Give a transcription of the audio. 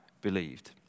believed